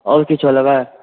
आओर किछो लेबै